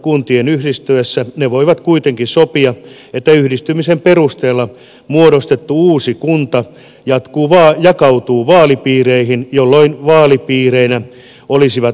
kuntien yhdistyessä ne voivat kuitenkin sopia että yhdistymisen perusteella muodostettu uusi kunta jakautuu vaalipiireihin jolloin vaalipiireinä olisivat alkuperäiset kunnat